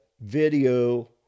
video